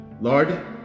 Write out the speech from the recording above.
Lord